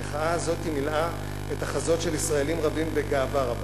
המחאה הזאת מילאה את החזות של ישראלים רבים בגאווה רבה.